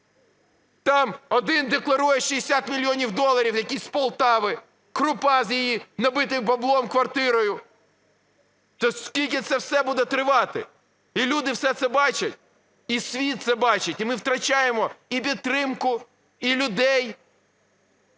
Там один декларує 60 мільйонів доларів, якийсь з Полтави, Крупа з її, набитою баблом, квартирою. То скільки це все буде тривати? І люди все це бачать, і світ це бачить. І ми втрачаємо і підтримку, і людей.